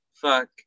fuck